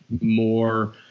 more –